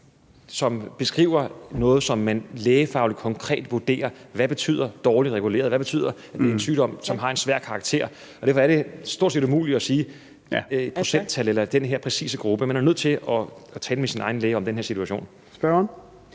som beskriver noget, som man lægefagligt konkret vurderer: Hvad betyder dårligt reguleret? Hvad betyder en sygdom, som har en svær karakter? Derfor er det stort set umuligt at give procenttal eller sige noget om den her præcise gruppe. Man er nødt til at tale med sin egen læge og om den her situation. Kl.